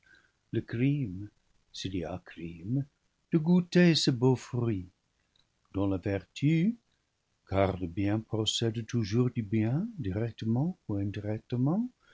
s'il y a crime de goûter ce beau fruit dont la vertu car le bien procède toujours du bien directement ou